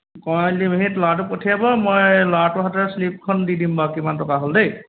minute সেই ল'ৰাটো পঠিয়াব মই ল'ৰাটোৰ হাততে শ্লিপখন দি দিম বাৰু কিমান টকা হ'ল দেই